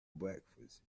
breakfast